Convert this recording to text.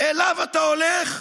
אליו אתה הולך?